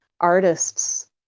artists